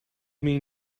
mean